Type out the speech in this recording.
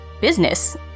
business